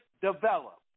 develop